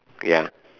ya